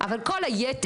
אבל כל היתר,